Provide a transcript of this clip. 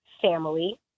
family